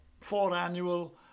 four-annual